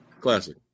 classic